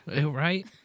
Right